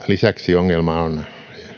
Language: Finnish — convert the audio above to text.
lisäksi ongelma on